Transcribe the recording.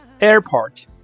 Airport